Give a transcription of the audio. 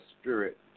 spirit